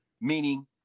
meaning